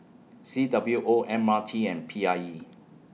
C W O M R T and P I E